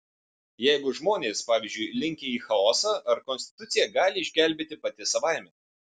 jeigu žmonės pavyzdžiui linkę į chaosą ar konstitucija gali išgelbėti pati savaime